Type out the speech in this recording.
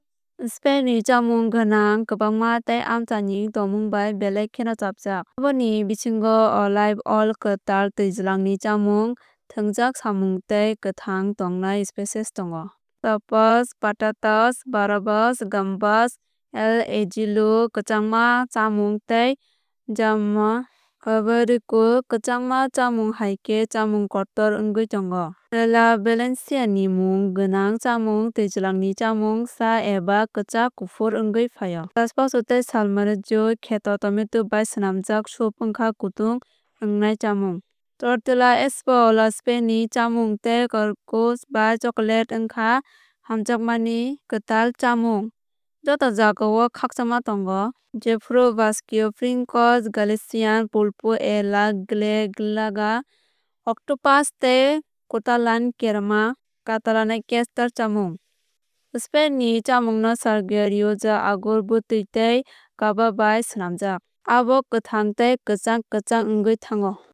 Spain ni chamung gwnang kwbangma tei amchaini tongmung bai belai kheno chapjak. Aboni bisingo olive oil kwtal twijlangni chamung thwngjak samung tei kwthang tongnai spices tongo. Tapas patatas bravas gambas al ajillo kwchangma chámung tei jamón ibérico kwchangma chámung hai khe chámung kotor wngwi tongo. Paella Valencia ni mung gwnang chamung twijlangni chamung sa eba kwchak kuphur wngwi phaio. Gazpacho tei salmorejo kheto tomato bai swnamjak soup wngkha kutung wngnai chamung. Tortilla española spain ni chamung tei churros bai chocolate wngkha hamjakmani kwtal chamung. Joto jagao khakchangma tongo jephru basque pintxos Galician pulpo a la gallega octopus tei katalan krema katalana kastard chamung. Spain ni chamung no sangria rioja angur bwtwi tei cava bai swnamjak. Abo kwthang tei kwchang kwchang wngwi thango.